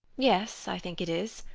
yes, i think it is.